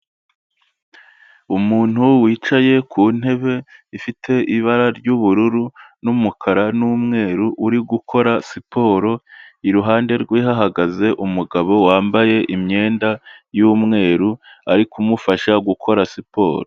Umuntu wicaye ku ntebe ifite ibara ry'ubururu n'umukara n'umweru uri gukora siporo, iruhande rwe hahagaze umugabo wambaye imyenda y'umweru, ari kumufasha gukora siporo.